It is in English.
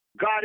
God